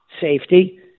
safety